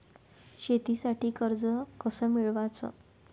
शेतीसाठी कर्ज कस मिळवाच?